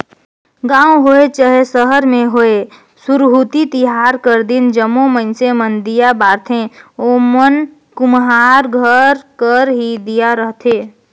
गाँव होए चहे सहर में होए सुरहुती तिहार कर दिन जम्मो मइनसे मन दीया बारथें ओमन कुम्हार घर कर ही दीया रहथें